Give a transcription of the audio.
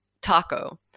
TACO